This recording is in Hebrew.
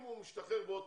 אם הוא משתחרר בעוד